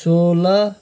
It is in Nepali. सोह्र